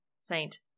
saint